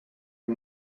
een